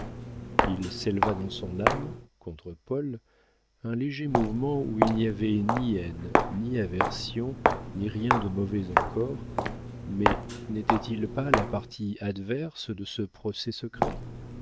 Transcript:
il s'éleva dans son âme contre paul un léger mouvement où il n'y avait ni haine ni aversion ni rien de mauvais encore mais n'était-il pas la partie adverse de ce procès secret